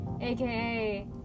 aka